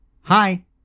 hi